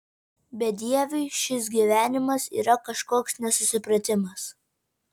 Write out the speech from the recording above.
bedieviui šis gyvenimas yra kažkoks nesusipratimas